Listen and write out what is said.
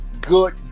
good